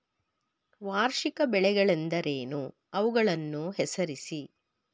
ವಾರ್ಷಿಕ ಬೆಳೆಗಳೆಂದರೇನು? ಅವುಗಳನ್ನು ಹೆಸರಿಸಿ?